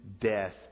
death